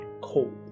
cold